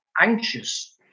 anxious